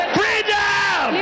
freedom